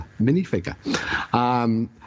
minifigure